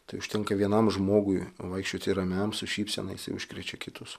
tai užtenka vienam žmogui vaikščioti ramiam su šypsena jisai užkrečia kitus